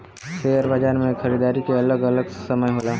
share बाजार मे खरीदारी के अलग अलग समय होला